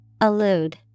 Allude